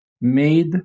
made